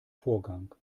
vorgang